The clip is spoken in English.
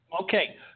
okay